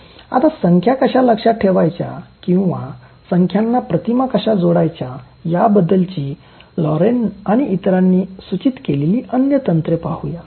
आता संख्या कशा लक्षात ठेवायच्या किंवा संख्यांना प्रतिमा कशा जोडायच्या याबद्दलची लोरेन आणि इतरांनी सूचित केलेली अन्य तंत्र पाहूया